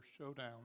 showdown